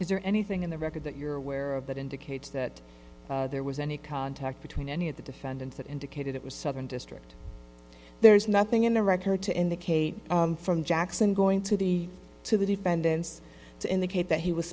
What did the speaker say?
is there anything in the record that you're aware of that indicates that there was any contact between any of the defendants that indicated it was southern district there's nothing in the record to indicate from jackson going to the to the defendants to indicate that he was